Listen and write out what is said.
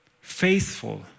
Faithful